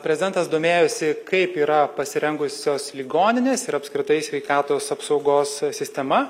prezidentas domėjosi kaip yra pasirengusios ligoninės ir apskritai sveikatos apsaugos sistema